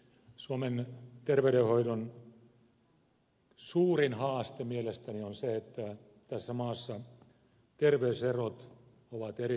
suomen terveydenhoidon suurin haaste mielestäni on se että tässä maassa terveyserot ovat erittäin isot